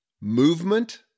movement